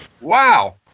wow